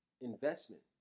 investment